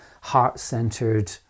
heart-centered